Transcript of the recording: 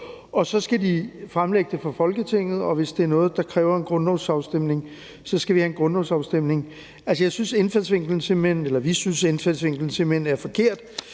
og så skal de fremlægge det for Folketinget. Og hvis det er noget, der kræver en grundlovsafstemning, skal vi have en grundlovsafstemning. Vi synes, at indfaldsvinklen simpelt hen er forkert,